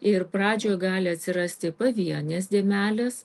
ir pradžioj gali atsirasti pavienės dėmelės